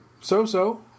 so-so